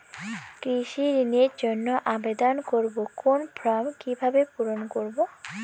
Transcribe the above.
কৃষি ঋণের জন্য আবেদন করব কোন ফর্ম কিভাবে পূরণ করব?